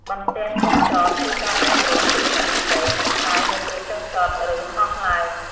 បន្ទះចុះចត ជួយការពារដ្រូនពីធូលីដី និងស្មៅនៅពេលចុះចត ឬហោះឡើង។